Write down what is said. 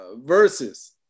verses